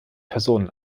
personen